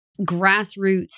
grassroots